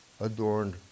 adorned